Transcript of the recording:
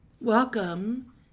Welcome